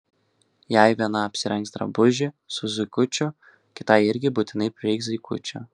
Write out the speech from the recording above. jei viena apsirengs drabužį su zuikučiu kitai irgi būtinai prireiks zuikučio